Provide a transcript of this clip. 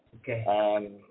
Okay